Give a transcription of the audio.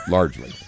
Largely